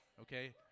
okay